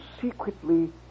secretly